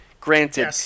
Granted